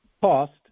cost